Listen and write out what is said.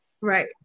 Right